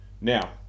Now